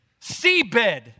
seabed